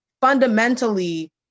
fundamentally